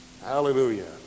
Hallelujah